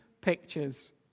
pictures